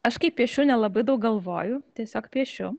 aš kai piešiu nelabai daug galvoju tiesiog piešiu